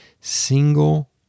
single